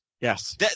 Yes